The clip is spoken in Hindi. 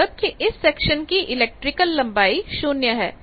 मतलब कि इस सेक्शन की इलेक्ट्रिकल लंबाई 0 है